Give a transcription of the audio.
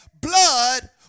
blood